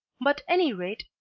but any rate,